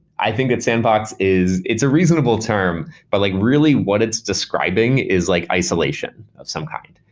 i think that sandbox is it's a reasonable term. but like really, what it's describing is like isolation of some kind.